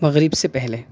مغرب سے پہلے